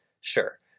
sure